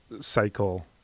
Cycle